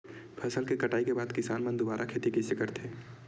फसल के कटाई के बाद किसान मन दुबारा खेती कइसे करथे?